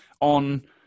on